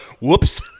whoops